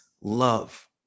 love